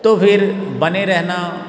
तो फिर बने रहना